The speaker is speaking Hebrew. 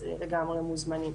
אז לגמרי מוזמנים.